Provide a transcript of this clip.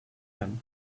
him